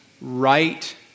right